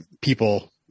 people